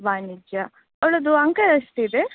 ವಾಣಿಜ್ಯ ಅವಳದ್ದು ಅಂಕ ಎಷ್ಟಿದೆ